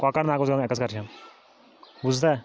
کۄکَر ناگ اوس گَژھُن ایٚکسکَرشَن بوٗزتھا